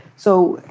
so,